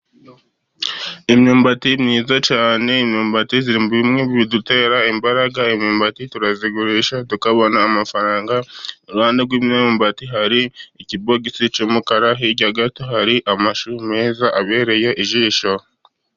Imyumbati niyiza cyane, imyumbati iri muri bimwe bidutera imbaraga, imyumbati turagurisha tukabona amafaranga. Iruhande rw'imyumbati hari ikibogisi cy'umukara, hirya gato hari ameza meza abereye ijisho.